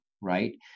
right